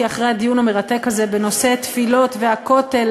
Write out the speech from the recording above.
כי אחרי הדיון המרתק הזה בנושא תפילות והכותל